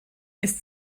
ist